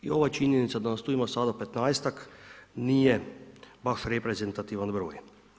I ova činjenica da nas tu ima sada 15-tak nije baš reprezentativan broj.